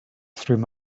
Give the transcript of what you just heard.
through